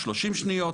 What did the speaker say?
30 שניות,